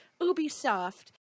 ubisoft